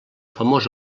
famós